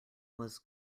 was